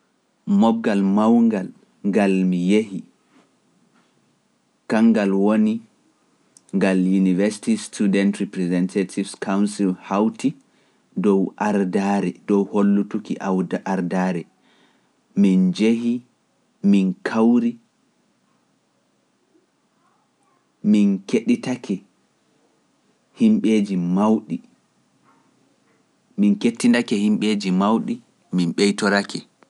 Moobgal mawngal ngal mi yehi, kanngal woni ngal University Student Representative Council hawti dow ardaare, dow hollutuki ardaare, min njehi, min kawri, min keɗitake himɓeeji mawɗi, min kettindake himɓeeji mawɗi, min ɓeytorake.